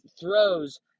throws